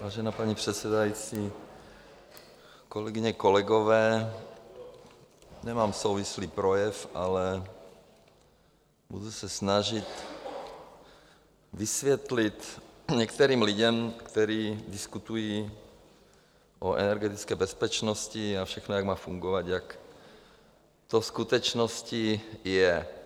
Vážená paní předsedající, kolegyně, kolegové, nemám souvislý projev, ale budu se snažit vysvětlit některým lidem, kteří diskutují o energetické bezpečnosti a jak má všechno fungovat, jak to ve skutečnosti je.